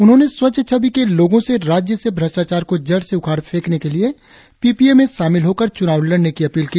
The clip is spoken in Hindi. उन्होंने स्वच्छ छवि के लोगों से राज्य से भ्रष्टाचार को जड़ से उखाड़ फेकने के लिए पी पी ए में शामिल होकर चुनाव लड़ने की अपील की